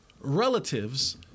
relatives—